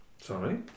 Sorry